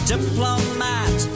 Diplomat